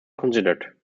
considered